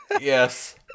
yes